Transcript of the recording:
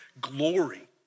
glory